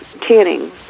tanning